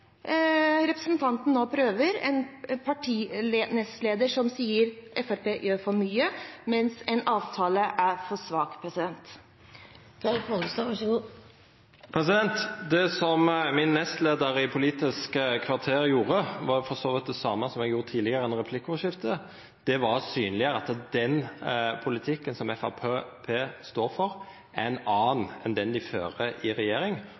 representanten nå prøver – en partinestleder som sier at Fremskrittspartiet gjør for mye, mens Pollestad sier avtalen er for svak? Det min nestleiar gjorde i Politisk kvarter, var for så vidt det same som eg gjorde tidlegare under replikkordskiftet. Det var å synleggjera at den politikken som